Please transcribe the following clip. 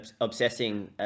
obsessing